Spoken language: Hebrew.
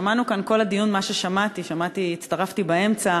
שמענו כאן כל הדיון, מה ששמעתי, והצטרפתי באמצע: